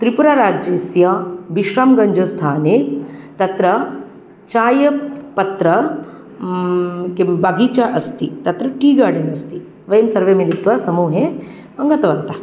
त्रिपुराराज्यस्य विश्राङ्गञ्जस्थाने तत्र चायपत्र किं बागिचा अस्ति तत्र टि गार्डेन् अस्ति वयं सर्वेमिलीत्वा समूहे गतवन्तः